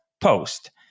Post